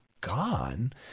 gone